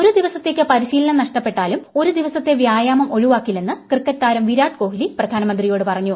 ഒരു ദിവസത്തേക്ക് പരിശീലനം നഷ്ടപ്പെട്ടാലും ഒരു ദിവസത്തെ വ്യായാമം ഒഴിവാക്കില്ലെന്ന് ക്രിക്കറ്റ് താരം വിരാട് കോഹ്ലി പ്രധാനമന്ത്രിയോട് പറഞ്ഞു